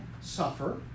suffer